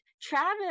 Travis